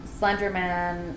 Slenderman